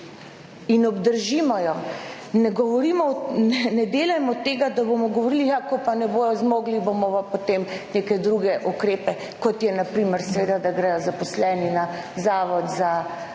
in obdržimo jo. Ne delajmo tega, da bomo govorili: Ja, ko pa ne bodo zmogli, bomo pa potem neke druge ukrepe« kot je na primer seveda, da gredo zaposleni na zavod